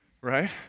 right